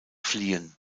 fliehen